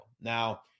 now